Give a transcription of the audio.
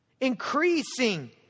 Increasing